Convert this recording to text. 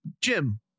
Jim